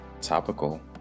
topical